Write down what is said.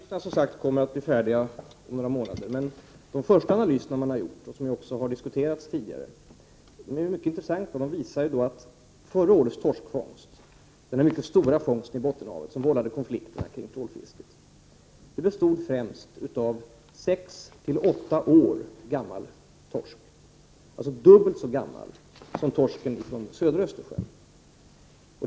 Herr talman! Analyserna kommer som sagt att bli färdiga om några månader. Men de första analyser som man har gjort, och som ju också har diskuterats tidigare, är mycket intressanta. De visar att förra årets torskfångst — den mycket stora fångsten i Bottenhavet, som vållade konflikterna kring trålfisket — främst bestod av 6-8 år gammal torsk. Den torsken var alltså dubbel så gammal som torsk från södra Östersjön.